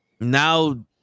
Now